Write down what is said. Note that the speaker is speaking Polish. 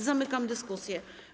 Zamykam dyskusję.